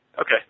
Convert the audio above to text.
Okay